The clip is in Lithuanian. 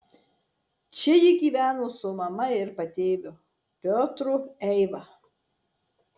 čia ji gyveno su mama ir patėviu piotru eiva